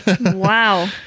Wow